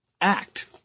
act